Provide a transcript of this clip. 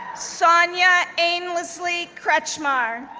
sonja aynsley kretschmar,